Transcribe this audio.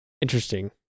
interesting